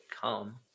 come